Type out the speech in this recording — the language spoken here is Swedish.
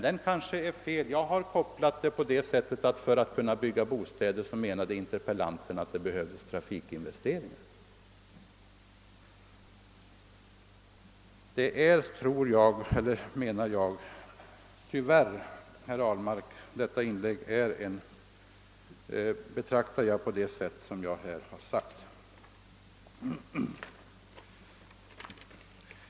Den uppfattningen har åtminstone jag.